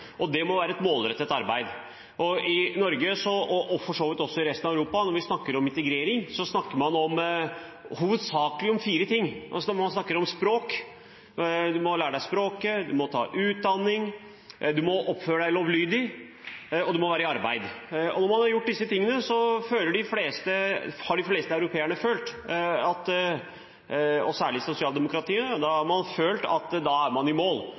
og det må være et målrettet arbeid. Når man snakker om integrering i Norge, og for så vidt også i resten av Europa, snakker man hovedsakelig om fire ting. Man snakker om språk – man må lære seg språket, man må ta utdanning, man må oppføre seg lovlydig, og man må være i arbeid. Når man har gjort disse tingene, har de fleste europeere, særlig i sosialdemokratiet, følt at man er i mål. Man har lært seg språket, har tatt utdanning, er ikke kriminell, og man er i